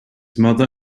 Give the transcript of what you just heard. mother